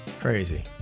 Crazy